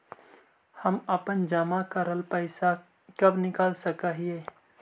हम अपन जमा करल पैसा कब निकाल सक हिय?